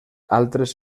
altres